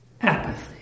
apathy